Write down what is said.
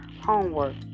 homework